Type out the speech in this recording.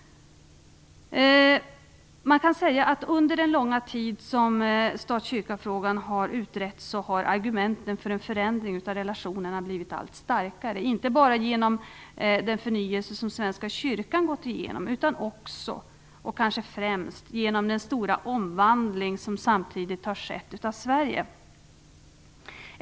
Under den långa tid som stat-kyrka-frågan har utretts har argumenten för en förändring av relationerna blivit allt starkare, inte bara genom den förnyelse som Svenska kyrkan gått igenom, utan också, och kanske främst, genom den stora omvandling av Sverige som samtidigt har skett.